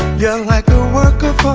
you're like a work